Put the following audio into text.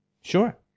Sure